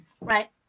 Right